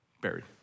buried